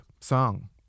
song